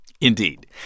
Indeed